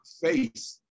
faith